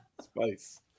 Spice